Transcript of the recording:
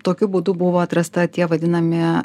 tokiu būdu buvo atrasta tie vadinami